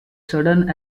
sudden